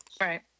Right